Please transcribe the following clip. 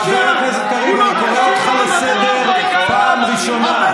חבר הכנסת קריב, אני קורא אותך לסדר פעם ראשונה.